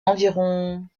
environ